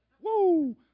Woo